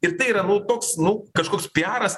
ir tai yra nu toks nu kažkoks piaras